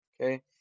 okay